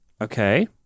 okay